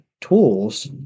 tools